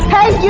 i